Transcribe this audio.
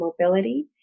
mobility